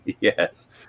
Yes